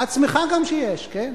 את שמחה גם שיש, כן?